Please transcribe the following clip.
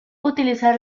utilizar